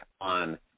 on